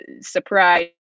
surprise